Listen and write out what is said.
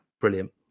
brilliant